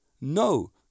No